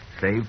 save